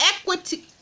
Equity